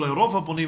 אולי רוב הפונים,